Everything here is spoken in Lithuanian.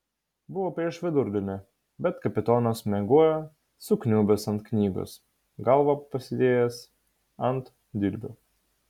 buvo prieš vidurdienį bet kapitonas miegojo sukniubęs ant knygos galvą pasidėjęs ant dilbių